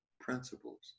principles